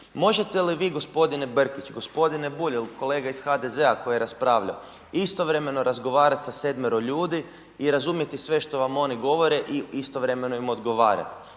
Možete li vi g. Brkić, g. Bulj ili kolega iz HDZ-a koji je raspravljao, istovremeno razgovarao sa sedmero ljudi i razumjeti sve što vam oni govore i istovremeno im odgovarat?